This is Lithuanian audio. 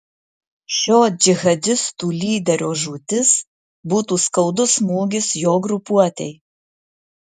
šio džihadistų lyderio žūtis būtų skaudus smūgis jo grupuotei